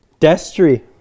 Destry